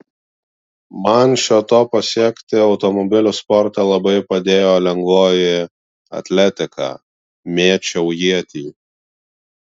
man šio to pasiekti automobilių sporte labai padėjo lengvoji atletika mėčiau ietį